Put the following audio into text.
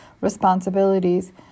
responsibilities